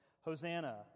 Hosanna